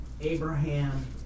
Abraham